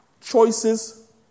Choices